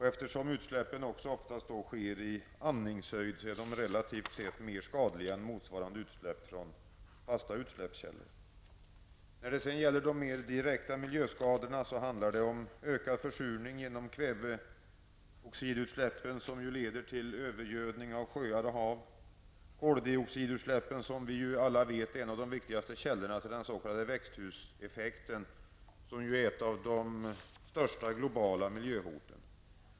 Eftersom utsläppen sker i andningshöjd är dessa föroreningar relativt sett mer skadliga än motsvarande utsläpp från fasta utsläppskällor. När det gäller de mer direkta miljöskadorna handlar det om ökad försurning genom kväveoxidutsläppen, som också leder till övergödning av sjöar och hav. Koldioxidutsläppen är ju, som vi alla vet, en av de viktigaste källorna till den s.k. växthuseffekten, som ju är ett av de allra största globala miljöhoten.